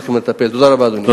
תודה רבה, אדוני.